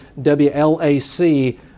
WLAC